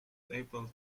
able